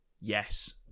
Yes